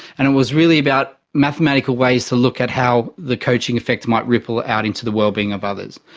and it was really about mathematical ways to look at how the coaching effect might ripple out into the wellbeing of others.